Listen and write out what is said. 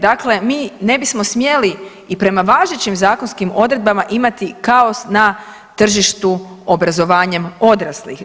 Dakle, mi ne bismo smjeli i prema važećim zakonskim odredbama imati kao na tržištu obrazovanjem odraslih.